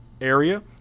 area